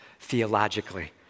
theologically